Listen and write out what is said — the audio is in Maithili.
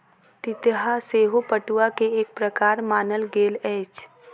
तितहा सेहो पटुआ के एक प्रकार मानल गेल अछि